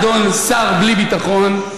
אדון שר בלי ביטחון,